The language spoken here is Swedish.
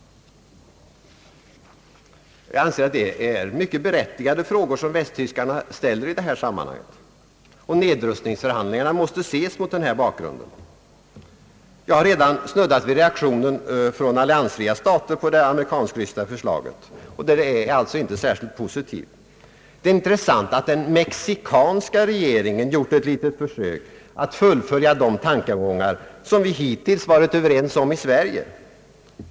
Jag anser att det är mycket berättigade frågor som västtyskarna ställer i det här sammanhanget, och nedrustningsförhandlingarna måste ses mot den bakgrunden. Jag har redan snuddat vid reaktionen från alliansfria stater på det amerikansk-ryska förslaget, och den är alltså inte särskilt positiv. Det är intressant att den mexikanska regeringen gjort ett litet försök att fullfölja de tankegångar som vi hittills varit överens om i Sverige.